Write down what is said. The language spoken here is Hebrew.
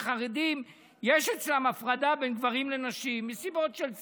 שאצל חרדים יש הפרדה בין גברים לנשים מסיבות של צניעות,